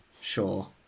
sure